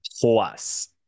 plus